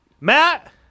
Matt